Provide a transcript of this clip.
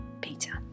Peter